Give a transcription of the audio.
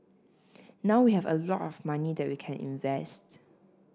now we have a lot of money that we can invest